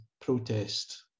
protest